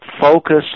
focus